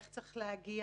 איך צריך להגיע.